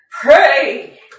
Pray